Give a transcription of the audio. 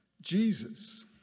Jesus